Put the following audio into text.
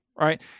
right